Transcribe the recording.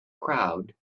crowd